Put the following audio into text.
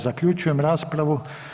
Zaključujem raspravu.